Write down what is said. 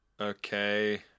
Okay